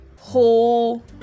whole